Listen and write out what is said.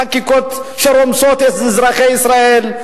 חקיקות שרומסות את אזרחי ישראל.